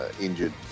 injured